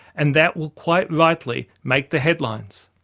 and that will quite rightly make the headlines.